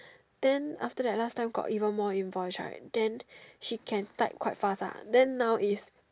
then after that last time got even more invoice right then she can type quite fast ah then now is